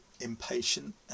impatient